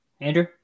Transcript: Andrew